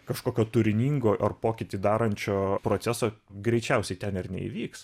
kažkokio turiningo ar pokytį darančio proceso greičiausiai ten ir neįvyks